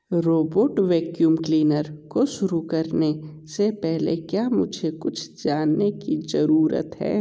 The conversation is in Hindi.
रोबोट वैक्यूम क्लीनर को शुरू करने से पहले क्या मुझे कुछ जानने की ज़रूरत है